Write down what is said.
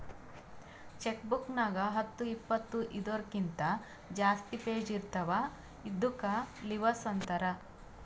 check book ನಾಗ್ ಹತ್ತು ಇಪ್ಪತ್ತು ಇದೂರ್ಕಿಂತ ಜಾಸ್ತಿ ಪೇಜ್ ಇರ್ತಾವ ಇದ್ದುಕ್ ಲಿವಸ್ ಅಂತಾರ್